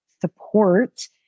support